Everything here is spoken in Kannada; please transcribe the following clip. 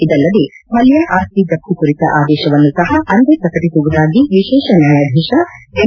ಇದಲ್ಲದೆ ಮಲ್ಲ ಆಸ್ತಿ ಜಪ್ತಿ ಕುರಿತ ಆದೇಶವನ್ನು ಸಹ ಅಂದೇ ಪ್ರಕಟಸುವುದಾಗಿ ವಿಶೇಷ ನ್ಯಾಯಾಧೀಶ ಎಂ